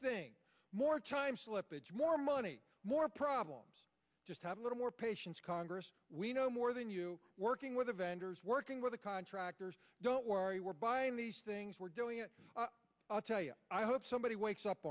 thing more time slippage more money more problems just have a little more patience congress we know more than you working with the vendors working with the contractors don't worry we're buying these things we're doing it i'll tell you i hope somebody wakes up